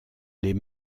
les